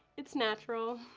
it's natural.